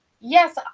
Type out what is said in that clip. Yes